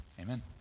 Amen